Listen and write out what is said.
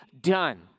done